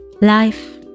Life